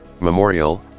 memorial